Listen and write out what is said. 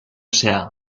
sea